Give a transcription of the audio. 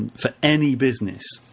for any business.